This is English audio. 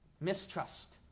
Mistrust